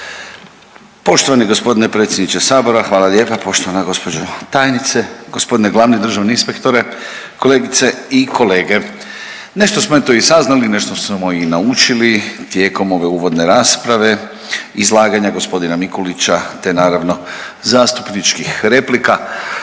Poštovani gospodine predsjedniče sabora, hvala lijepa. Poštovana gospođo tajnice, gospodine glavni državni inspektore, kolegice i kolege, nešto smo eto i saznali, nešto smo i naučili tijekom ove uvodne rasprave, izlaganja gospodina Mikulića te neravno zastupničkih replika.